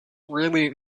really